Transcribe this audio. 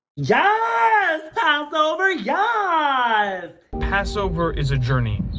yaaas, passover, yaaas! passover is a journey,